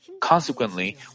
Consequently